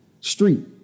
street